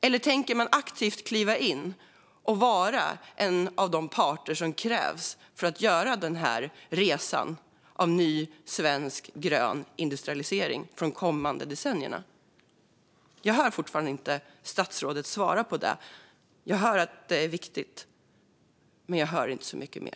Eller tänker man aktivt kliva in och vara en av de parter som krävs för att göra denna resa när det gäller ny, svensk och grön industrialisering under de kommande decennierna? Jag hör fortfarande inte statsrådet svara på detta. Jag hör att det är viktigt, men jag hör inte så mycket mer.